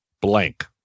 blank